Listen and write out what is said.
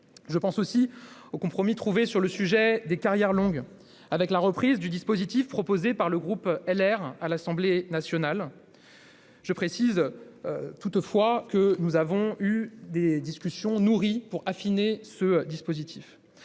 Je pense aussi au compromis trouvé sur le sujet des carrières longues et à la reprise du dispositif proposé par le groupe Les Républicains à l'Assemblée nationale. Je précise toutefois que nous avons eu des discussions nourries pour affiner ce dispositif.